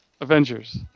Avengers